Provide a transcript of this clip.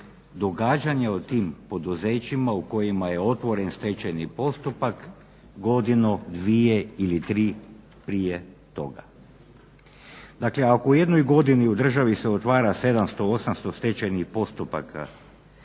događanja u tim poduzećima u kojima je otvoren stečajni postupak godinu, dvije ili tri prije toga. Dakle, ako u jednoj godini u državi se otvara 700, 800 stečajnih postupaka,